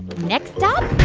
next stop